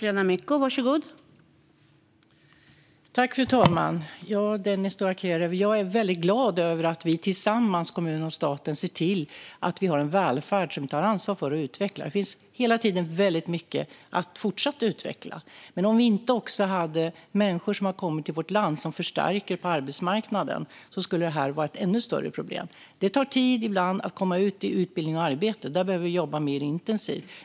Fru talman! Dennis Dioukarev! Jag är väldigt glad över att vi tillsammans, kommunerna och staten, ser till att vi har en välfärd som vi tar ansvar för och utvecklar. Det finns hela tiden väldigt mycket att fortsätta utveckla. Men om vi inte hade haft människor som kommit till vårt land och som förstärker på arbetsmarknaden hade detta varit ett ännu större problem. Det tar ibland tid att komma ut i utbildning och arbete; där behöver vi jobba mer intensivt.